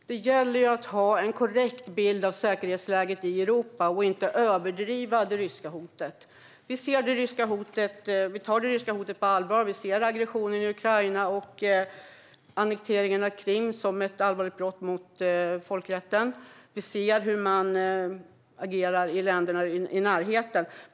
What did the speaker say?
Fru talman! Det gäller att ha en korrekt bild av säkerhetsläget i Europa och att inte överdriva det ryska hotet. Vi tar det ryska hotet på allvar. Vi ser aggressionen i Ukraina och annekteringen av Krim som allvarliga brott mot folkrätten. Vi ser hur Ryssland agerar i länderna i närheten.